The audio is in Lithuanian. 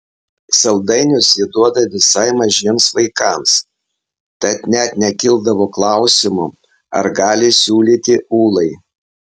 saldainius jie duoda visai mažiems vaikams tad net nekildavo klausimo ar gali siūlyti ūlai